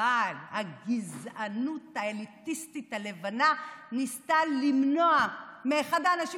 אבל הגזענות האליטיסטית הלבנה ניסתה למנוע מאחד האנשים